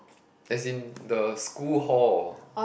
as in the school hall